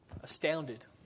astounded